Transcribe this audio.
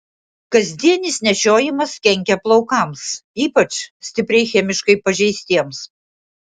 kasdienis nešiojimas kenkia plaukams ypač stipriai chemiškai pažeistiems